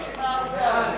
חמישה בעד,